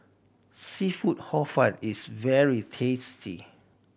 seafood Hor Fun is very tasty